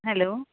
hello